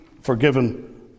forgiven